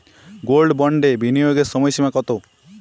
Gold বন্ডে বিনিয়োগের সময়সীমা কতো?